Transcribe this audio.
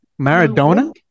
Maradona